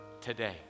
today